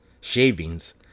shavings